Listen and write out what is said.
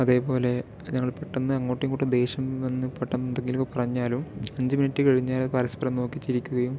അതേപോലെ ഞങ്ങൾ പെട്ടന്ന് അങ്ങോട്ടും ഇങ്ങോട്ടും ദേഷ്യം വന്ന് പെട്ടന്ന് എന്തെങ്കിലും പറഞ്ഞാലും അഞ്ച് മിനിറ്റ് കഴിഞ്ഞാൽ പരസ്പരം നോക്കി ചിരിക്കുകയും